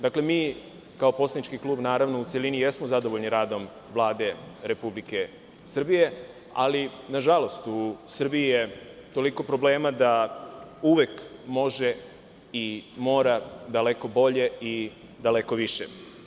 Dakle, mi kao poslanički klub u celini jesmo zadovoljni radom Vlade Republike Srbije, ali, nažalost, u Srbiji je toliko problema da uvek može i mora daleko bolje i daleko više.